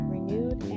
Renewed